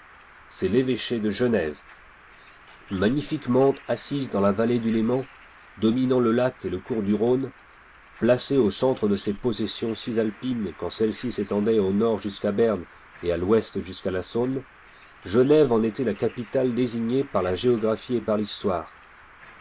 l'éveché de genève magnifiquement assise dans la vallée du léman dominant le lac et le cours du rhône placée au centre de ses possessions cisalpines quand celles-ci s'étendaient au nord jusqu'à berne et à l'ouest jusqu'à la saône genève en était la capitale désignée par la géographie et par l'histoire